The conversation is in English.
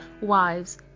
wives